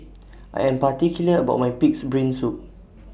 I Am particular about My Pig'S Brain Soup